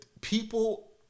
people